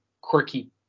quirky